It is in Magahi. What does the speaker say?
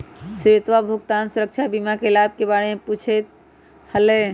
श्वेतवा भुगतान सुरक्षा बीमा के लाभ के बारे में पूछते हलय